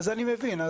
אני מבין.